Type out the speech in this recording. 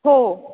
हो